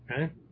Okay